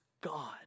God